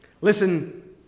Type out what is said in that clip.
listen